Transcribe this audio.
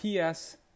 PS